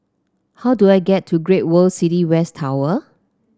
how do I get to Great World City West Tower